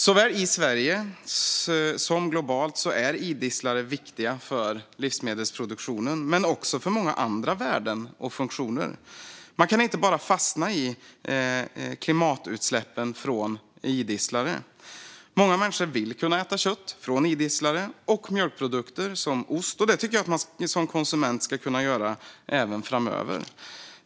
Såväl i Sverige som globalt är idisslare viktiga för livsmedelsproduktionen, men också för många andra värden och funktioner. Man kan inte bara fastna i klimatutsläppen från idisslare. Många människor vill kunna äta kött från idisslare och mjölkprodukter som ost, och det tycker jag att man som konsument ska kunna göra även framöver.